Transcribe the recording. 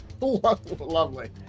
Lovely